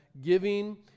giving